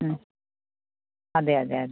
അതെ അതെ അതെ